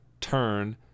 turn